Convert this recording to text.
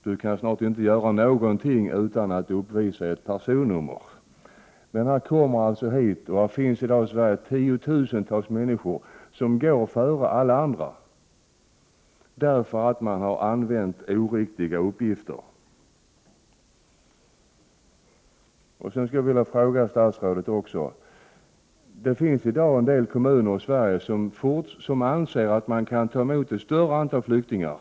Man kan snart inte göra någonting utan att uppvisa ett personnummer. Till Sverige kommer dock tiotusentals människor som går före alla andra därför att de har använt oriktiga uppgifter. Det finns i dag en del kommuner i Sverige som anser att de kan ta emot ett större antal flyktingar.